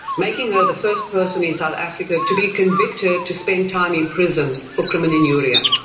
making her the first person in south africa to be convicted to spend time in prison for crimen injuria.